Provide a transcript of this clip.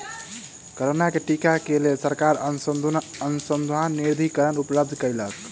corona के टीका क लेल सरकार अनुसन्धान निधिकरण उपलब्ध कयलक